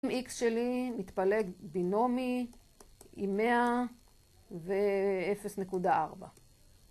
X שלי מתפלג בינומי עם 100 ו-0.4